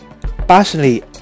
personally